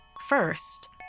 First